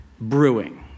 brewing